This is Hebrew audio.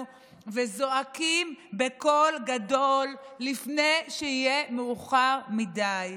וזועקים בקול גדול לפני שיהיה מאוחר מדי.